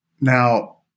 Now